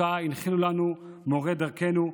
שאותה הנחילו לנו מורי דרכנו: